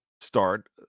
start